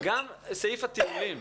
גם סעיף הטיולים,